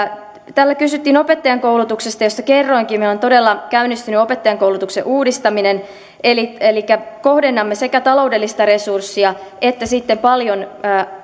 täällä kysyttiin opettajankoulutuksesta josta kerroinkin meillä on todella käynnistynyt opettajankoulutuksen uudistaminen elikkä kohdennamme sekä taloudellista resurssia että sitten paljon